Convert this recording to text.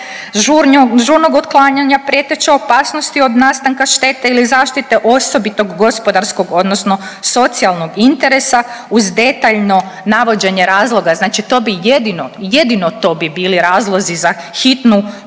žurnog otklanjanja prijeteće opasnosti od nastanka štete ili zaštite osobitog gospodarskog odnosno socijalnog interesa uz detaljno navođenje razloga. Znači to bi jedino i jedino to bi bili razlozi za hitnu